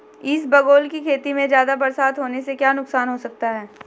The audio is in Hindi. इसबगोल की खेती में ज़्यादा बरसात होने से क्या नुकसान हो सकता है?